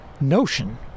notion